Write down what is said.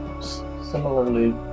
similarly